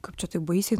kaip čia taip baisiai